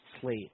slate